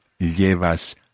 llevas